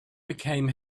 became